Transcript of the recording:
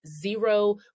zero